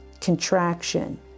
contraction